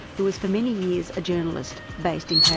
who was for many years a journalist based in